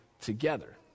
together